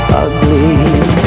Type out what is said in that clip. ugly